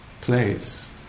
place